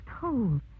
cold